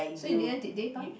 so in the end did they buy